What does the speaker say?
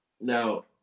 Now